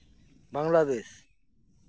Bangladesh